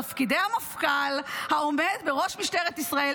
תפקידי המפכ"ל העומד בראש משטרת ישראל,